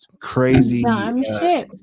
crazy